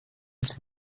his